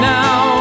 now